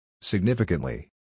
Significantly